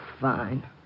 fine